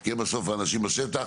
כי הם בסוף האנשים בשטח.